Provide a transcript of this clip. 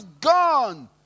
gone